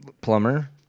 Plumber